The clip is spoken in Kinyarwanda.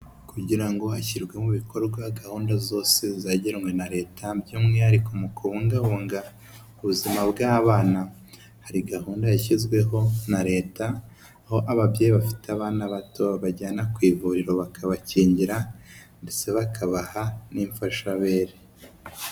Kugira ngo hashyirwemo bikorwa gahunda zose zagenwe na leta, by'umwihariko mu kubungabunga ubuzima bw'abana, hari gahunda yashyizweho na leta aho ababyeyi bafite abana bato bajyana ku ivuriro bakabakingira, ndetse bakabaha n'imfashabere.